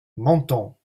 menton